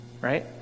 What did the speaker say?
Right